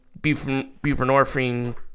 buprenorphine